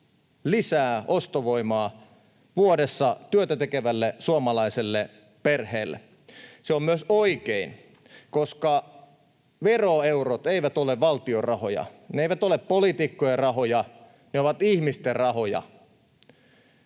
lisää ostovoimaa vuodessa työtä tekevälle suomalaiselle perheelle. Se on myös oikein, koska veroeurot eivät ole valtion rahoja. Ne eivät ole poliitikkojen rahoja, ne ovat ihmisten rahoja,